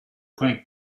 point